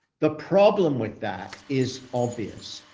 the problem with that is obvious.